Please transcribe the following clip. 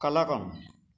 কালাকন